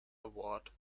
award